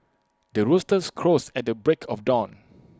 the rooster crows at the break of dawn